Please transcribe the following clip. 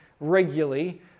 regularly